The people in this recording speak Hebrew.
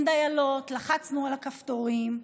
אין דיילות, לחצנו על הכפתורים.